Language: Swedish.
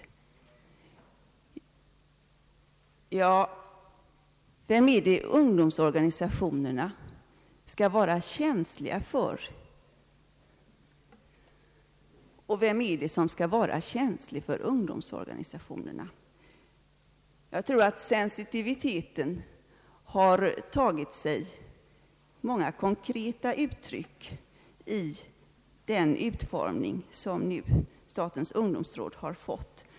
Vem är det ungdomsorganisationerna skall vara känsliga för? Och vem är det som skall vara känslig för ungdomsorganisationerna? Jag tror att sensibiliteten har tagit sig många konkreta uttryck i den utformning som statens ungdomsråd nu har fått.